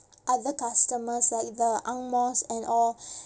other customers like the ang mohs and all